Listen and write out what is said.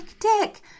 dick